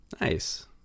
Nice